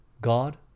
God